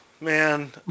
man